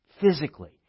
physically